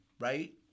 right